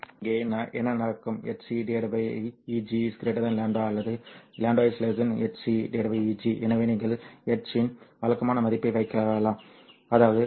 எனவே இங்கே என்ன நடக்கும் hc Eg λ அல்லது λ hc Eg எனவே நீங்கள் h இன் வழக்கமான மதிப்பை வைக்கலாம் அதாவது 6